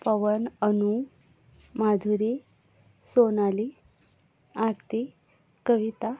Pawan Anu Madhuri Sonali Aarti Kavita